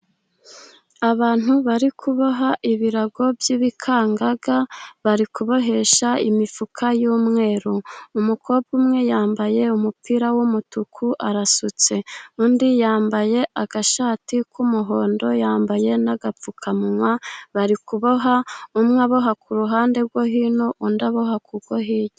Abantu bari kuboha ibirago by'ibikangaga, bari kubabohesha imifuka y'umweru. Umukobwa umwe yambaye umupira w'umutuku arasutse. Undi yambaye agashati k'umuhondo, yambaye n'agapfukamunwa, bari kuboha, umwe aboha ku ruhande rwo hino, undi aboha kurwo hirya.